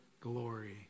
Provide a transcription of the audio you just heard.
glory